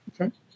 Okay